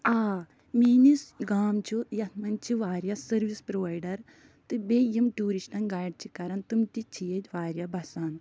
آ میٛانِس گام چھِ یَتھ منٛز چھِ واریاہ سٔروِس پرٛوایڈَر تہٕ بیٚیہِ یِم ٹیٛوٗرسٹَن گایِڈ چھِ کران تِم تہِ چھِ ییٚتہِ واریاہ بَسان